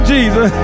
Jesus